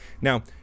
Now